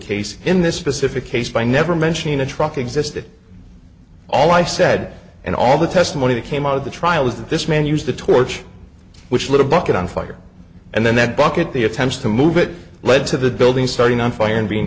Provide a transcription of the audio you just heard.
case in this specific case by never mentioning a truck existed all i said and all the testimony that came out of the trial was that this man used a torch which little bucket on fire and then that bucket the attempts to move it led to the building starting on fire and being